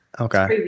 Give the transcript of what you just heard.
Okay